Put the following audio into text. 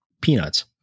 peanuts